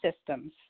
systems